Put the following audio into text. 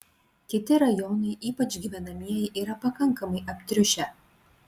kiti rajonai ypač gyvenamieji yra pakankamai aptriušę